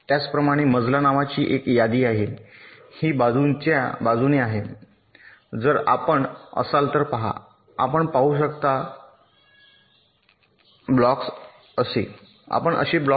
त्याचप्रमाणे मजला नावाची एक यादी आहे ही बाजूच्या बाजूने आहे जर आपण असाल तर पहा आपण पाहू शकता असे ब्लॉक्स